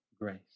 grace